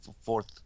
fourth